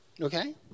okay